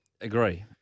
agree